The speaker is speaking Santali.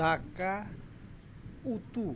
ᱫᱟᱠᱟ ᱩᱛᱩ